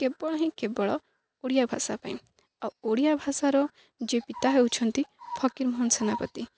କେବଳ ହିଁ କେବଳ ଓଡ଼ିଆ ଭାଷା ପାଇଁ ଆଉ ଓଡ଼ିଆ ଭାଷାର ଯିଏ ପିତା ହେଉଛନ୍ତି ଫକୀରମୋହନ ସେନାପତି